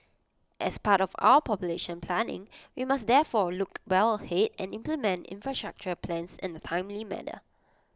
as part of our population planning we must therefore look well ahead and implement infrastructure plans in A timely manner